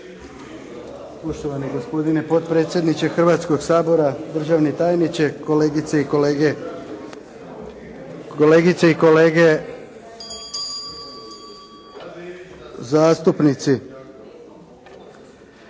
Poštovani gospodine potpredsjedniče Hrvatskoga sabora, državni tajniče, kolegice i kolege zastupnici.